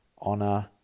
honor